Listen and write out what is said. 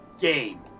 game